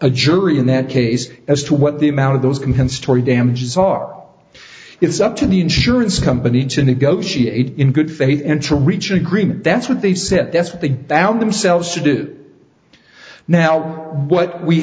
a jury in that case as to what the amount of those compensatory damages saw it's up to the insurance company to negotiate in good faith interim reach agreement that's what they said that's what they found themselves to do now what we